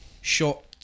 shot